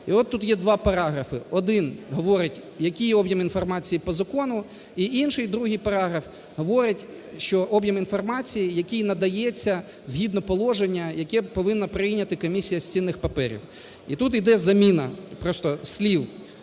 І от тут є два параграфи: один говорить, який об'єм інформації по закону, і інший, другий параграф, говорить, що об'єм інформації, який надається, згідно положення, яке повинна прийняти Комісія з цінних паперів. І тут іде заміна просто слів